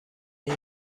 این